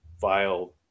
vile